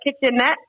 kitchenette